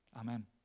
Amen